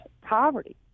poverty